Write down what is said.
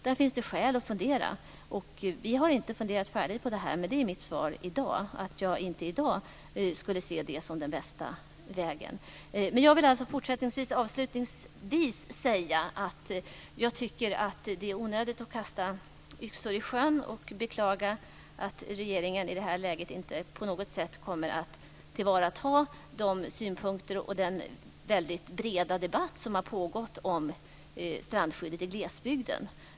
Det finns skäl att fundera över detta, och vi har inte funderat färdigt. Mitt svar i dag är att jag inte nu ser detta som den bästa vägen. Avslutningsvis vill jag säga att jag tycker att det är onödigt att kasta yxor i sjön och att i det här läget beklaga att regeringen inte på något sätt kommer att tillvarata de synpunkter och den väldigt breda debatt som har pågått om strandskyddet i glesbygden.